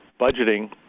budgeting